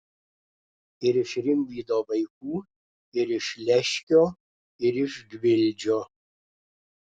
ir iš rimydžio vaikų ir iš leškio ir iš gvildžio